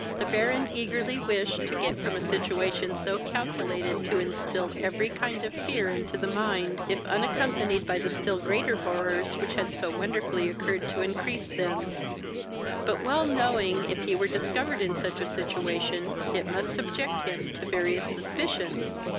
the baron eagerly wished to get from a situation so calculated to instill every kind of fear into the mind, if unaccompanied by the still greater horrors which had so wonderfully occurred to increase them but, well knowing, if he were discovered in such a situation, it must subject him to various suspicions,